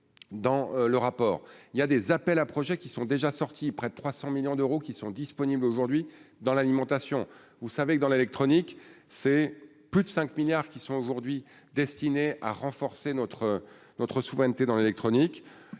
dans le rapport, il y a des appels à projets qui sont déjà sortis, près de 300 millions d'euros qui sont disponibles aujourd'hui dans l'alimentation, vous savez que dans l'électronique, c'est plus de 5 milliards qui sont aujourd'hui destinée à renforcer notre notre souveraineté dans l'électronique